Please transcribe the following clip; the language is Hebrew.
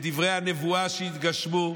בדברי הנבואה שהתגשמה.